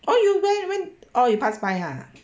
why you why why all you pass by ha